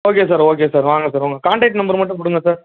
okay sir okay sir வாங்க sir உங்கள் contact number மட்டும் கொடுங்க சார்